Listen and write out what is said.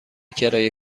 کرایه